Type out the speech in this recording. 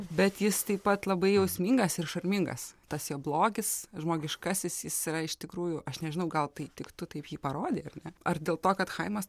bet jis taip pat labai jausmingas ir šarmingas tas jo blogis žmogiškasis jis yra iš tikrųjų aš nežinau gal tai tik tu taip jį parodei ar ne ar dėl to kad chaimas